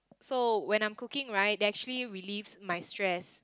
so when I'm cooking right they actually relieves my stress